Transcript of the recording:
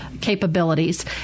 capabilities